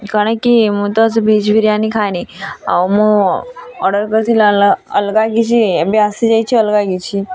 କାଣା କି ମୁଇଁ ତ ଭେଜ୍ ବିରିୟାନୀ ଖାଏନି ଆଉ ମୁଁ ଅର୍ଡ଼ର୍ କରିଥିଲି ଅଲ୍ଗା କିଛି ଏବେ ଆସିଯାଇଛି ଅଲ୍ଗା କିଛି